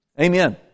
Amen